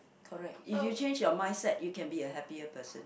correct if you change your mindset you can be a happier person